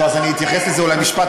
אני אתייחס לזה אולי במשפט,